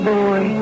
boy